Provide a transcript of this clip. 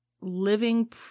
living